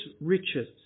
riches